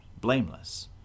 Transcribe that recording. blameless